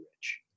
Rich